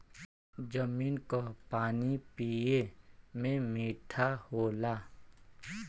जमीन क पानी पिए में मीठा होला